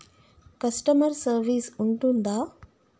Customer service ఉంటుందా?